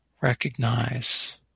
recognize